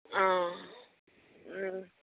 অঁ